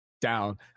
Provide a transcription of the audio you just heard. down